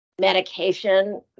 medication